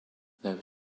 though